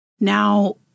Now